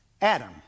Adam